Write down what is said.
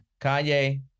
Kanye